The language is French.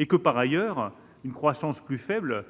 Cela étant, une croissance plus faible